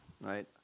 right